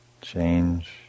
change